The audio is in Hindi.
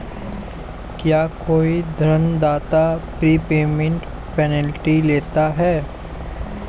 क्या कोई ऋणदाता प्रीपेमेंट पेनल्टी लेता है?